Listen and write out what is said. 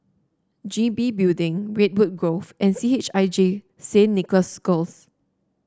G B Building Redwood Grove and C H I J Saint Nicholas Girls